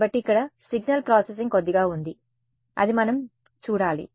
కాబట్టి ఇక్కడ signal processing కొద్దిగా ఉంది అది మనం చూడాలి